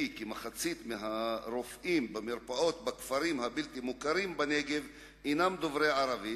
כי כמחצית הרופאים במרפאות בכפרים הבלתי-מוכרים בנגב אינם דוברי ערבית,